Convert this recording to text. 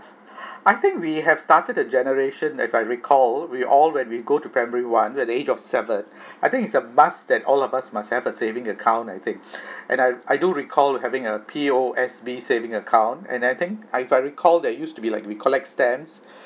I think we have started a generation if I recall we all when we go to primary one at the age of seven I think is a must that all of us must have a saving account I think and I I do recall having a P_O_S_B saving account and I think I if I recall there used to be like we collect stamps